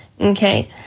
okay